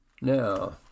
Now